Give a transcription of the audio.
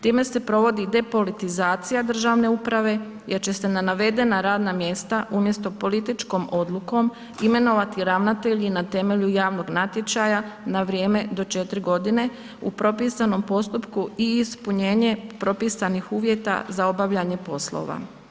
Time se provodi depolitizacija državne uprave jer će se na navedena radna mjesta umjesto političkom odlukom imenovati ravnatelji i na temelju javnog natječaja na vrijeme do 4 godine u propisanom postupku i ispunjenje propisanih uvjeta za obavljanje poslova.